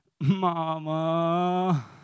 Mama